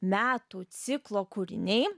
metų ciklo kūriniai